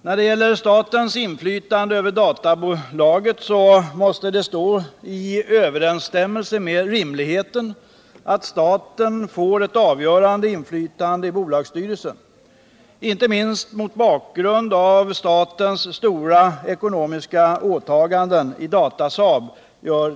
När det gäller statens inflytande på databolaget måste det vara rimligt att staten får ett avgörande inflytande i bolagsstyrelsen — inte minst mot bakgrund av statens stora ekonomiska åtaganden i Datasaab.